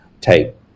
take